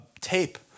tape